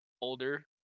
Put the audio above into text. older